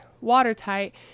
watertight